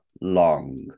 long